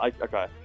okay